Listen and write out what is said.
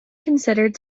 considered